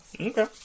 Okay